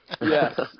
Yes